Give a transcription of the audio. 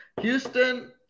Houston